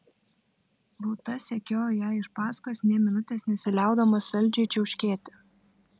rūta sekiojo jai iš paskos nė minutės nesiliaudama saldžiai čiauškėti